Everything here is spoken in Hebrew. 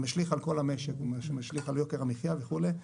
משליך על כל המשק, משליך על יוקר המחיה וכולי.